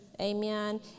Amen